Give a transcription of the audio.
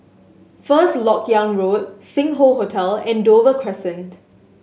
First Lok Yang Road Sing Hoe Hotel and Dover Crescent